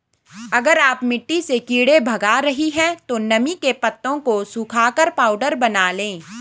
अगर आप मिट्टी से कीड़े भगा रही हैं तो नीम के पत्तों को सुखाकर पाउडर बना लें